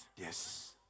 Yes